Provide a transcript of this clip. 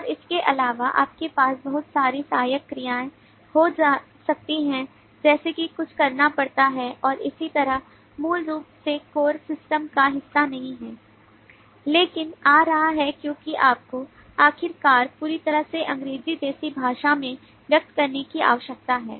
और इसके अलावा आपके पास बहुत सारी सहायक क्रियाएं हो सकती हैं जैसे कि कुछ करना पड़ता है और इसी तरह मूल रूप से कोर सिस्टम का हिस्सा नहीं है लेकिन आ रहा है क्योंकि आपको आखिरकार पूरी तरह से अंग्रेजी जैसी भाषा में व्यक्त करने की आवश्यकता है